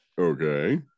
Okay